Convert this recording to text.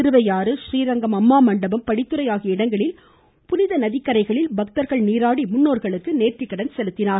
திருவையாறு றீரங்கம் அம்மா மண்டபம் படித்துறை ஆகிய இடங்களில் புனித நதிக்கரைகளில் பக்தர்கள் நீராடி முன்னோர்களுக்கு நேர்த்திக்கடன் செலுத்தினர்